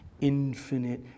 infinite